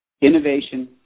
innovation